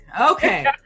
Okay